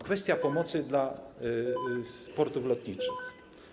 Kwestia pomocy dla portów lotniczych.